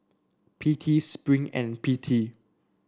P T Spring and P T